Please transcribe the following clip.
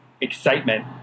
excitement